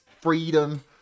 freedom